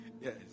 Yes